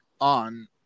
on